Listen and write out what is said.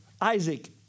Isaac